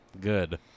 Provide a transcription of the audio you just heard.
Good